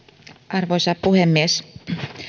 arvoisa puhemies